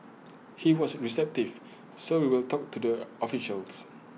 he was receptive so we will talk to their officials